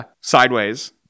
Sideways